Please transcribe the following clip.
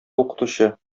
укытучы